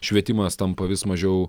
švietimas tampa vis mažiau